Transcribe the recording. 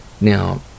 Now